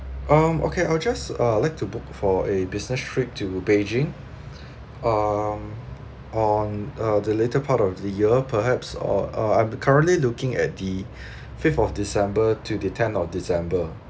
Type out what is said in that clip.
um okay I'll just uh like to book for a business trip to beijing um on uh the later part of the year perhaps or uh I'm currently looking at the fifth of december to the tenth of december